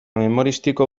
memoristiko